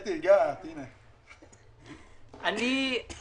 אם החברים מסכימים לכך, או שרוצים לחשוב על כך,